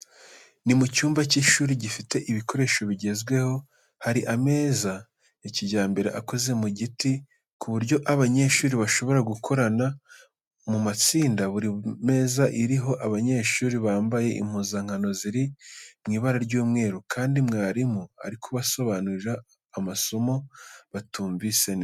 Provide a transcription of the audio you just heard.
Ni mu cyumba cy’ishuri gifite ibikoresho bigezweho, hari ameza ya kijyambere akoze mu giti, ku buryo abanyeshuri bashobora gukorana mu matsinda. Buri meza iriho abanyeshuri bambaye impuzankano ziri mu ibara ry'umweru, kandi mwarimu ari kubasobanurira amasomo batumvise neza.